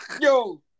Yo